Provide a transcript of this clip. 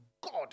god